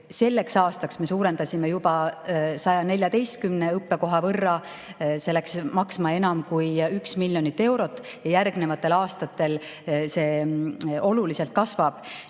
Selleks aastaks me suurendasime juba 114 õppekoha võrra. See läks maksma enam kui 1 miljon eurot ja järgnevatel aastatel see oluliselt kasvab.